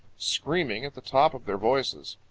screaming at the top of their voices.